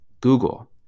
Google